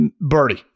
birdie